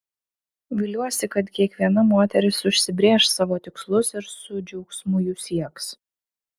viliuosi kad kiekviena moteris užsibrėš savo tikslus ir su džiaugsmu jų sieks